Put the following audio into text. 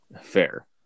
fair